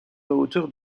hauteur